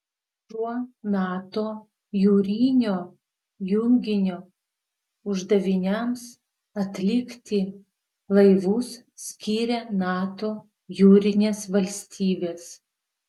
šio nato jūrinio junginio uždaviniams atlikti laivus skiria nato jūrinės valstybės